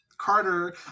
Carter